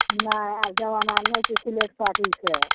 नहि आब जबाना नहि छै सिलेट पाटीसँ